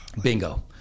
Bingo